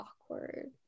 awkward